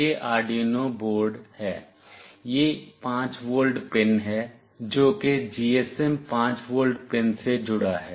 यह Arduino board है यह 5 वोल्ट पिन है जो कि GSM 5 वोल्ट पिन से जुड़ा है